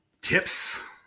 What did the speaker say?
tips